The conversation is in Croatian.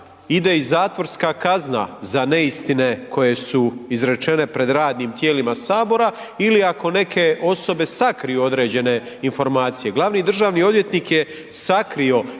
ide i zatvorska kazna za neistine koje su izrečene pred radnim tijelima HS ili ako neke osobe sakriju određene informacije. Glavni državni odvjetnik je sakrio